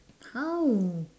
!ow!